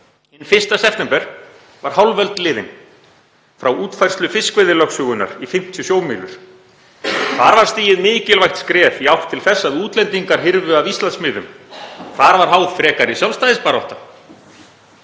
Hinn 1. september var hálf öld liðin frá útfærslu fiskveiðilögsögunnar í 50 sjómílur. Þar var stigið mikilvægt skref í átt til þess að útlendingar hyrfu af Íslandsmiðum. Þar var háð frekari sjálfstæðisbarátta.